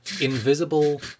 invisible